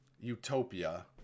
utopia